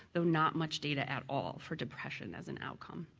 though not much data at all for depression as an outcome.